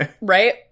Right